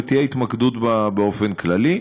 ותהיה התמקדות בה באופן כללי,